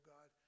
God